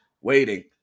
Waiting